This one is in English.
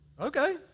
Okay